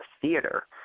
theater